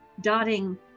dotting